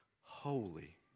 holy